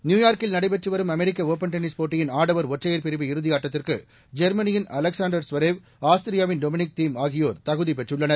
நியூயார்க்கில் நடைபெற்று வரும் அமெரிக்க ஒப்பள் டென்னிஸ் போட்டியின் ஆடவர் ஒற்றையர் பிரிவு இறுதியாட்டத்திற்கு ஜெர்மனியின் அலெக்சாண்டர் ஸ்வெரேவ் ஆஸ்திரியாவின் டொமினிக் திம் ஆகியோர் தகுதி பெற்றுள்ளனர்